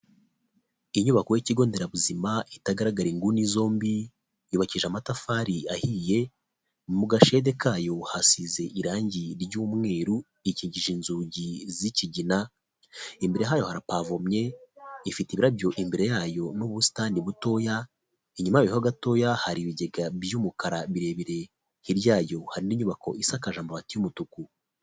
Inyubako y'ikigo nderabuzima itagaragara inguni zombi, yubakije amatafari ahiye mu gashede kayo hasize irangi ry'umweru ikikije inzugi z'ikigina, imbere hayo harapavomye ifite ibirabyo imbere yayo n'ubusitani butoya, inyuma yayo ho gatoya hari ibigega by'umukara birebire, hirya yo hari indi nyubako isakaje amabati y'umutuku.